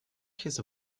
his